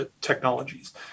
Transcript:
technologies